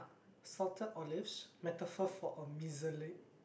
salted olives metaphor for a miser~